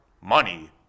Money